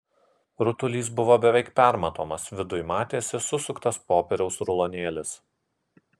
rutulys buvo beveik permatomas viduj matėsi susuktas popieriaus rulonėlis